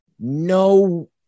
no